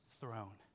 throne